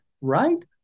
right